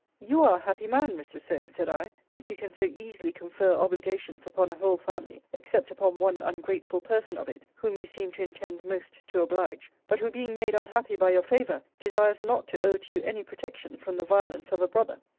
you are a happy man, mr. solmes, said i, that you can so easily confer obligations upon a whole family, except upon one ungrateful person of it, whom you seem to intend most to oblige but who being made unhappy by your favour, desires not to owe to you any protection from the violence of a brother.